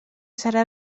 serà